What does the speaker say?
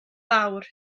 fawr